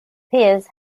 pearce